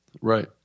Right